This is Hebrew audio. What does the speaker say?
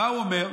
מה הוא אומר?